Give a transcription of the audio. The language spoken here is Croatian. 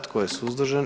Tko je suzdržan?